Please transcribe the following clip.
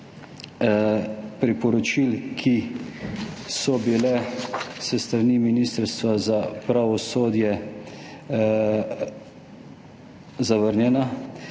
priporočil, ki so bila s strani Ministrstva za pravosodje zavrnjena,